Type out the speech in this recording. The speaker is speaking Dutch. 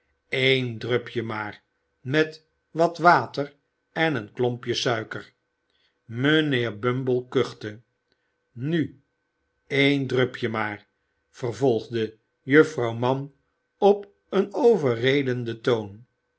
een drupje maar met wat water en een klompje suiker mijnheer bumble kuchte nu één drupje maar vervolgde juffrouw mann op een overredenden toon